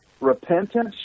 repentance